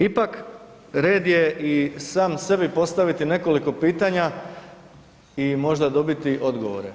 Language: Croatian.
Ipak red je i sam sebi postaviti nekoliko pitanja i možda dobiti odgovore.